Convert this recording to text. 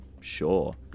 Sure